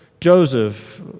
Joseph